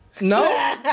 No